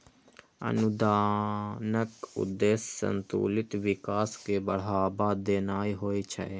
अनुदानक उद्देश्य संतुलित विकास कें बढ़ावा देनाय होइ छै